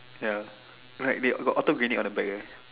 ya like they got auto grenade on the back eh